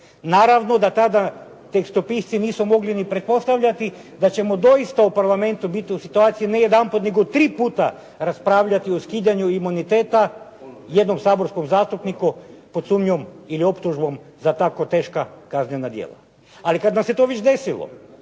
naravno da tada tekstopisci nisu mogli ni pretpostavljati da ćemo doista u Parlamentu biti u situaciji ne jedanput nego tri puta raspravljati o skidanju imuniteta jednom saborskom zastupniku pod sumnjom ili optužbom za tako teška kaznena djela. Ali kad vam se to već desilo,